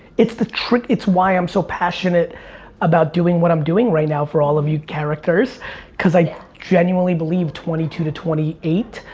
it's the trick. it's why i'm so passionate about doing what i'm doing right now for all of you characters cause i genuinely believe twenty two to twenty eight,